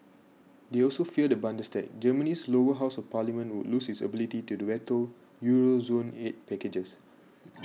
they also fear the Bundestag Germany's lower house of parliament would lose its ability to the veto Euro zone aid packages